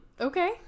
Okay